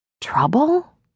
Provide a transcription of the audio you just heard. Trouble